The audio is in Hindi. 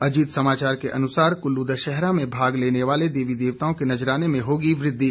अजीत समाचार के अनुसार कुल्लू दशहरा में भाग लेने वाले देवी देवताओं के नजराने में होगी वृद्वि